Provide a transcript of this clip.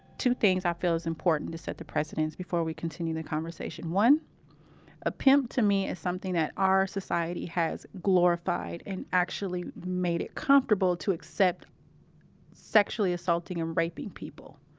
two things i feel is important to set the precedents before we continue the conversation. one a pimp, to me, is something that our society has glorified and actually made it comfortable to accept sexually assaulting and raping people.